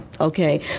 Okay